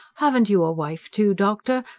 haven't you a wife, too, doctor?